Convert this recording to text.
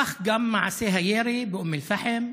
כך גם מעשי הירי באום אל-פחם,